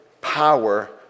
power